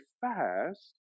fast